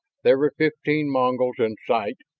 there were fifteen mongols in sight,